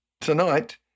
Tonight